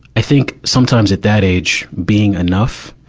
i think sometimes at that age, being enough,